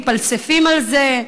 מתפלספים על זה,